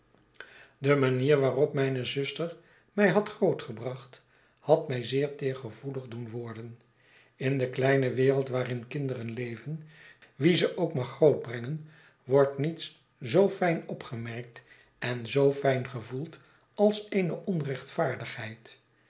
de manier waarop mijne zuster mij had groot gebracht had my zeer teergevoelig doen worden in de kleine wereld waann kinderen leven wie ze ook mag groot brengen wordt niets zoo f tjn opgemerkt en zoo fyn gevoeld als eene onrechtvaardigheid